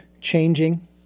changing